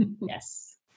Yes